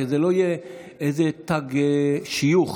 כדי שלא יהיה איזה תג שיוך